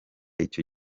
icyo